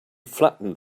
flattened